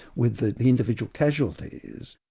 with the individual casualties.